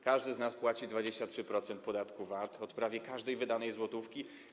Każdy z nas płaci 23% podatku VAT od prawie każdej wydanej złotówki.